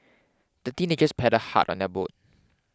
the teenagers paddled hard on their boat